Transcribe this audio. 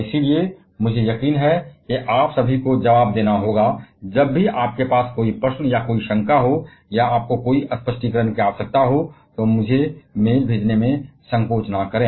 इसलिए और मुझे यकीन है कि आप सभी को जवाब देना होगा यानी जब भी आपको कोई प्रश्न या कोई शंका हो या आपको किसी स्पष्टीकरण की आवश्यकता हो तो मुझे मेल भेजने में संकोच न करें